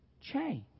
change